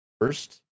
first